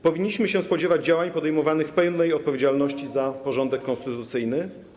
Powinniśmy się spodziewać działań podejmowanych w pełnej odpowiedzialności za porządek konstytucyjny.